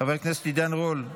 חבר הכנסת עידן רול,